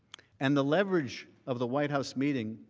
and the leverage of the white house meeting